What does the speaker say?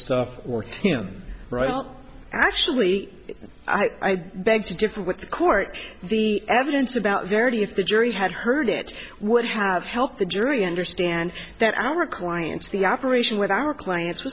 stuff or him actually i beg to differ with the court the evidence about verity if the jury had heard it would have helped the jury understand that our clients the operation with our clients